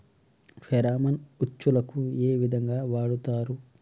Pheromone ఉచ్చులకు ఏ విధంగా వాడుతరు?